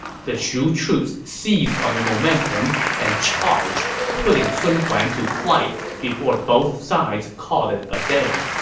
the shu troops seized on the momentum and charged, putting sun huan to flight before both sides called it a day